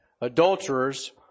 adulterers